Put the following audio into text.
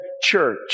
church